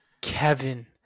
Kevin